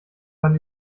man